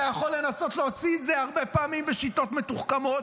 אתה יכול לנסות להוציא את זה הרבה פעמים בשיטות מתוחכמות,